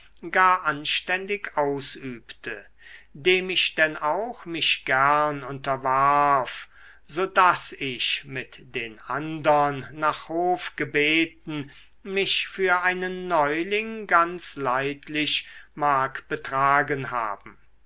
gar anständig ausübte dem ich denn auch mich gern unterwarf so daß ich mit den andern nach hof gebeten mich für einen neuling ganz leidlich mag betragen haben